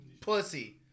Pussy